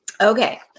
Okay